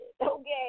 okay